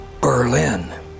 Berlin